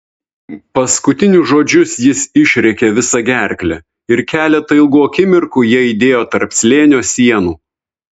paskutinius žodžius jis išrėkė visa gerkle ir keletą ilgų akimirkų jie aidėjo tarp slėnio sienų